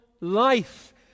life